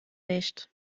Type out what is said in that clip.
nicht